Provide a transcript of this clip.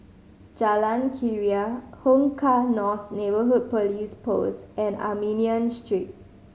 Jalan Keria Hong Kah North Neighbourhood Police Post and Armenian Street